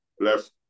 left